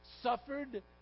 suffered